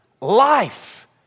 life